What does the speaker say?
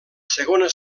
segona